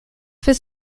this